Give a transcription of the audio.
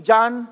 John